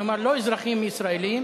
כלומר לא אזרחים ישראלים